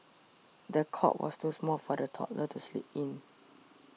the cot was too small for the toddler to sleep in